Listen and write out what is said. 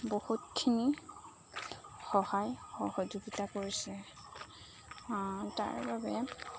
বহুতখিনি সহায় সহযোগিতা কৰিছে তাৰবাবে